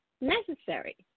Necessary